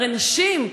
הרי נשים,